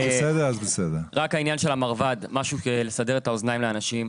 לעניין של המרב"ד, משהו לסבר את אוזני האנשים.